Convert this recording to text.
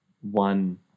one